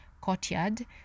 courtyard